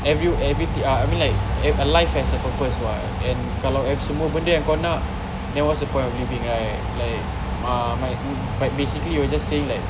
every everything I mean like if a life has a purpose what and kalau if semua benda yang kau nak then what's the point of living right like uh might but basically you were just saying like